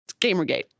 Gamergate